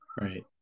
Right